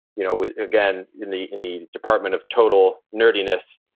you know again, in the in the department of total nerviness,